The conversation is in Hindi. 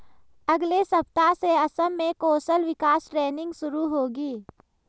अगले सप्ताह से असम में कौशल विकास ट्रेनिंग शुरू होगी